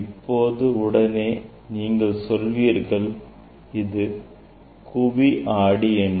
இப்பொழுது உடனே நீங்கள் சொல்வீர்கள் இது குவி ஆடி என்று